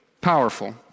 powerful